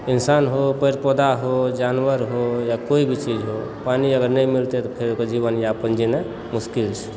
इंसान हो पेड़ पौधा हो जानवर हो या कोई भी चीज हो पानि अगर नहि मिलतै तऽ फेर ओकर जीवन यापन जिनाइ मुश्किल छै